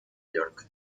york